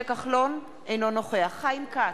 אינו נוכח חיים כץ,